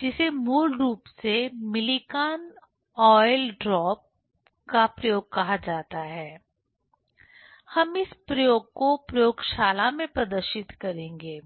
जिसे मूल रूप से Millikan oil drop Millikan's oil drop का प्रयोग कहा जाता है हम इस प्रयोग को प्रयोगशाला में प्रदर्शित करेंगे